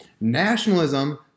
Nationalism